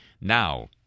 Now